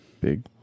big